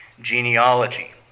genealogy